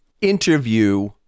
interview